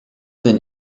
been